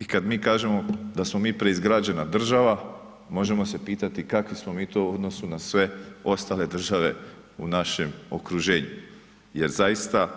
I kad mi kažemo da smo mi preizgrađena država, možemo se pitati kakvi smo mi to u odnosu na sve ostale države u našem okruženju jer zaista,